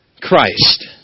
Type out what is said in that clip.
Christ